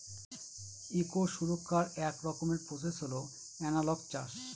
eco সুরক্ষার এক রকমের প্রসেস হল এনালগ চাষ